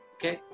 Okay